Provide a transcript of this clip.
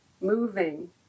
moving